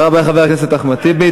תודה רבה לחבר הכנסת אחמד טיבי.